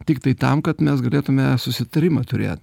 tiktai tam kad mes galėtume susitarimą turėt